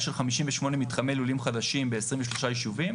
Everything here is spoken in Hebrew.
של 58 מתחמי לולים חדשים ב-23 יישובים.